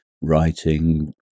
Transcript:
writing